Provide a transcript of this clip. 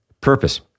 purpose